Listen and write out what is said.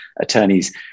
attorneys